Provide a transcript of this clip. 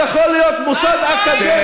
איך יכול להיות מוסד אקדמי,